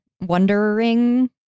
wondering